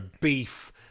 beef